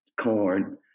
corn